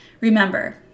Remember